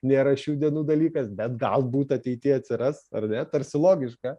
nėra šių dienų dalykas bet galbūt ateityje atsiras ar ne tarsi logiška